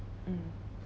mm